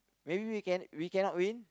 maybe we can we cannot win